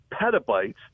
petabytes